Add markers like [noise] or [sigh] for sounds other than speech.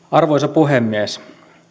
[unintelligible] arvoisa puhemies